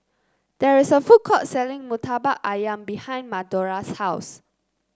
there is a food court selling Murtabak ayam behind Madora's house